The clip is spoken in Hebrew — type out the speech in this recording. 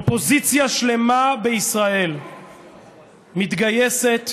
אופוזיציה שלמה בישראל מתגייסת